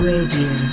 Radio